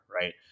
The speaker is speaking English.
right